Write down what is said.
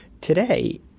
Today